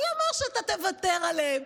מי אמר שאתה תוותר עליהם?